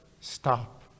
stop